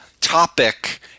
topic